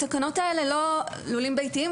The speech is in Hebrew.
לולים ביתיים,